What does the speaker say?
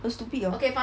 很 stupid hor